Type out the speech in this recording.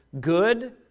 good